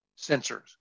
sensors